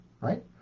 right